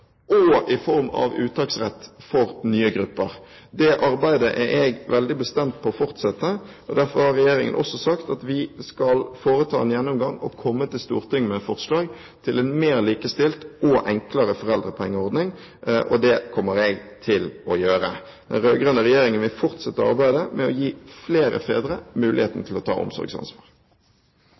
og i form av uttaksrett for nye grupper. Det arbeidet er jeg veldig bestemt på fortsetter. Derfor har regjeringen også sagt at vi skal foreta en gjennomgang og komme til Stortinget med forslag om en mer likestilt og enklere foreldrepengeordning. Det kommer jeg til å gjøre. Den rød-grønne regjeringen vil fortsette arbeidet med å gi flere fedre muligheten til å ta omsorgsansvar.